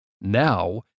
Now